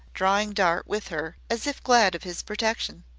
drawing dart with her, as if glad of his protection.